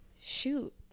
shoot